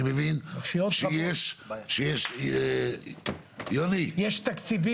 אני שמח שזה קרה, יכול להיות שזה קרה בגלל פניות.